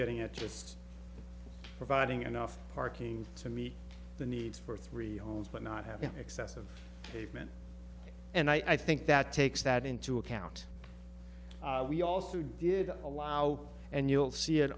getting at just providing enough parking to meet the needs for three homes but not having excessive pavement and i think that takes that into account we also did allow and you'll see it